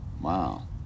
wow